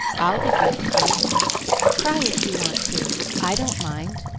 i'll be good to you cry if you want to, i don't mind.